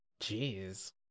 Jeez